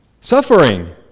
Suffering